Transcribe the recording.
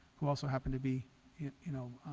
who also happened to be you know